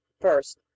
first